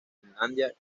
finlandia